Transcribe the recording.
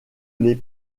les